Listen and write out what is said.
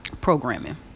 programming